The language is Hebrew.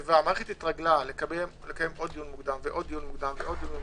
והמערכת התרגלה לקיים עוד דיונים מוקדמים ועוד ועוד,